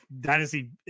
dynasty